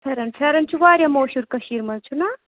پھٮ۪رَن پھٮ۪رَن چھِ واریاہ مشہوٗر کٔشیٖرِ منٛز چھُنا